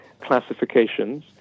classifications